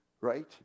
Right